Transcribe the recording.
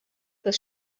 this